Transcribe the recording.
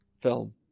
film